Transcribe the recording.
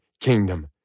kingdom